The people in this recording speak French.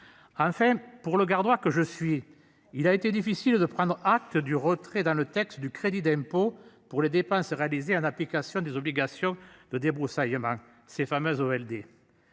Enfin pour le gardera que je suis. Il a été difficile de prendre acte du retrait dans le texte du crédit d'impôt pour les dépenses réalisées en application des obligations de débroussaillement ces fameuses OL